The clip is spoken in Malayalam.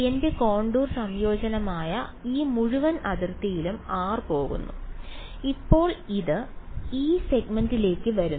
എന്റെ കോണ്ടൂർ സംയോജനമായ ഈ മുഴുവൻ അതിർത്തിയിലും r പോകുന്നു ഇപ്പോൾ അത് ഈ സെഗ്മെന്റിലേക്ക് വരുന്നു